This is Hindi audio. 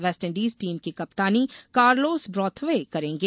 वेस्टइंडीज टीम की कप्तानी कार्लोस ब्राथवे करेंगे